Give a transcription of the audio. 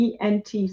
ENT